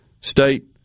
state